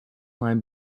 line